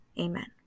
Amen